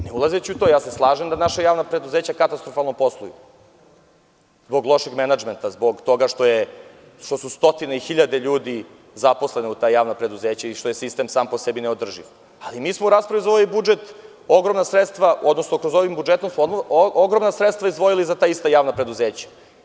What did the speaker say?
Ne ulazeći u to, ja se slažem da naša javna preduzeća katastrofalno posluju zbog lošeg menadžmenta, zbog toga što su stotine i hiljade ljudi zaposleni u tim javnim preduzećima i što je sistem sam po sebi neodrživ, ali, mi smo u raspravi za ovaj budžet ogromna sredstva, ogromna sredstva izdvojili za ta javna preduzeća.